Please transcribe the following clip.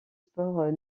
sports